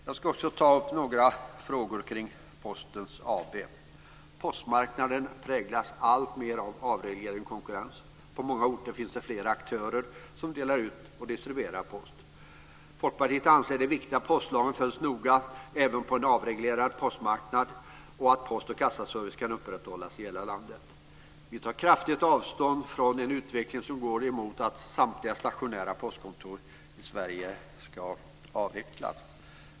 Jag ska också ta upp några frågor kring Posten AB. Postmarknaden präglas alltmer av avreglering och konkurrens. På många orter finns det flera aktörer som delar ut och distribuerar post. Folkpartiet anser att det är viktigt att postlagen följs noga även på en avreglerad postmarknad och att post och kassaservice kan upprätthållas i hela landet. Vi tar kraftigt avstånd från en utveckling som går mot att samtliga stationära postkontor i Sverige ska avvecklas.